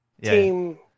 team